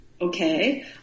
Okay